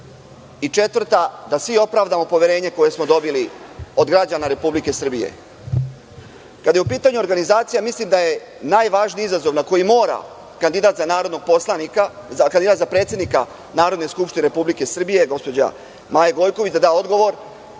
Četvrta, da svi opravdamo poverenje koje smo dobili od građana Republike Srbije. Kada je u pitanju organizacija, mislim da je najvažniji izazov na koji mora kandidat za predsednika Narodne skupštine Republike Srbije, gospođa Maja Gojković, da da odgovor,